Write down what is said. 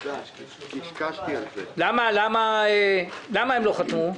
למה הם לא חתמו?